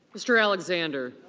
mr. alexander